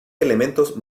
elementos